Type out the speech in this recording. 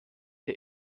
der